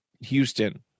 Houston